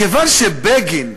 מכיוון שבגין,